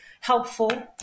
helpful